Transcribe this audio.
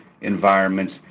environments